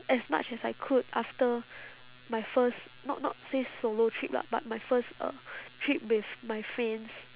as much as I could after my first not not say solo trip lah but my first uh trip with my friends